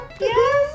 yes